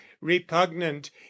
repugnant